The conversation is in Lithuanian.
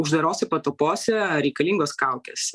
uždarose patalpose reikalingos kaukės